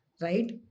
right